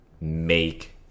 make